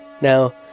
Now